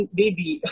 baby